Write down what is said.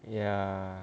ya